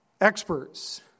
experts